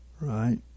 Right